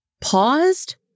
paused